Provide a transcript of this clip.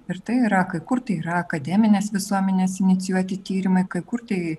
ir tai yra kai kur tai yra akademinės visuomenės inicijuoti tyrimai kai kur tai